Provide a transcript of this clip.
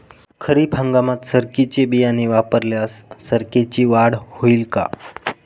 खरीप हंगामात सरकीचे बियाणे वापरल्यास सरकीची वाढ होईल का?